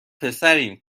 پسریم